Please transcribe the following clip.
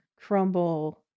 crumble